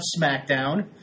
SmackDown